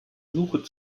suche